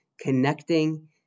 connecting